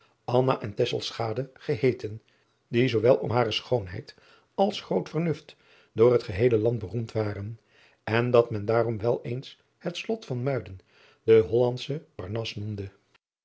en gebeeten die zoowel om hare schoonheid als groot vernuft door het geheele land beroemd waren en dat men daarom weleens het lot van uiden den ollandschen arnas noemde